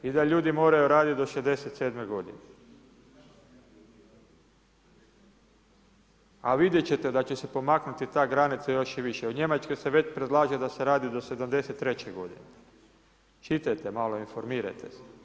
I da ljudi moraju raditi do 67 g. A vidjeti ćete da će se pomaknuti ta granica još i više u Njemačkoj se već predlaže da se radi do 73 g. Čitajte malo, informirajte se.